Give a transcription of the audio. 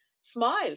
smile